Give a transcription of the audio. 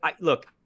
Look